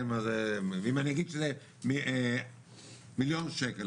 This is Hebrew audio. ואם אני אגיד שזה מיליון שקל,